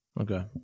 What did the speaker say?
Okay